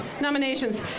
nominations